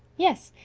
yes,